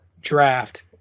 draft